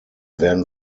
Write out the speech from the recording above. werden